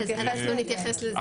אנחנו נתייחס לזה.